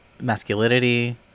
masculinity